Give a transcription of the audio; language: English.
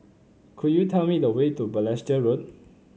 could you tell me the way to Balestier Road